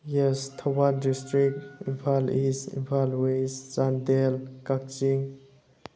yes Thoubal district Imphal is Imphal west Chandel Kakching